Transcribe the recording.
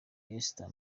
esther